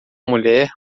mulher